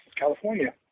California